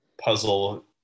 puzzle